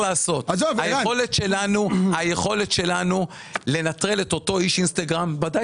היכולת שלנו לנטרל את אותו איש אינסטגרם ודאי